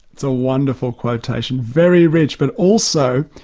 it's a wonderful quotation. very rich, but also